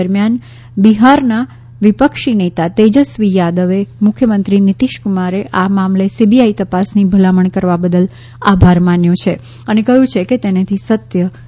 દરમિયાન બિહારના વિપક્ષી નેતા તેજસ્વી યાદવે મુખ્યમંત્રી નીતીશ કુમારે આ મામલે સીબીઆઈ તપાસની ભલામણ કરવા બદલ આભાર માન્યો છે અને કહ્યું કે તેનેથી સત્ય સામે આવશે